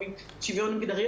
שוויון מגדרי,